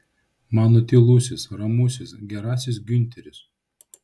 mano tylusis ramusis gerasis giunteris